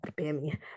Bammy